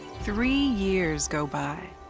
three years go by.